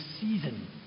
season